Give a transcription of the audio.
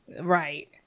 Right